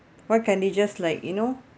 why can't they just like you know